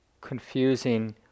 confusing